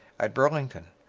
at burlington,